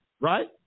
right